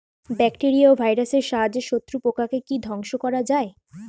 Bacteria ও ভাইরাসের সাহায্যে শত্রু পোকাকে কি ধ্বংস করা যায়?